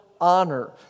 honor